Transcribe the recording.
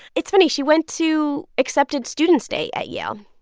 it's funny. she went to accepted students day at yale,